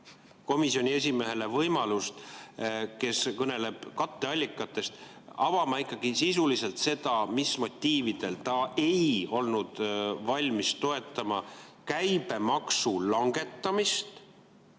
komisjoni esimehele, kes kõneleb katteallikatest, võimalust avada sisuliselt seda, mis motiividel ta ei olnud valmis toetama käibemaksu langetamist